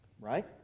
right